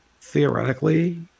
theoretically